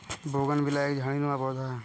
bougainvillea एक झाड़ीनुमा पौधा है